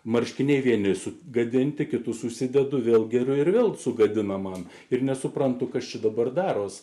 marškiniai vieni sugadinti kitus užsidedu vėl gerai ir vėl sugadina man ir nesuprantu kas čia dabar darosi